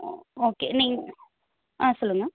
okay நீங்க ஆ சொல்லுங்கள்